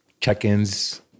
check-ins